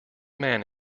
man